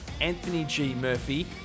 anthonygmurphy